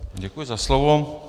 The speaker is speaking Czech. Děkuji za slovo.